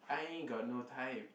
I ain't got no time